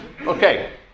Okay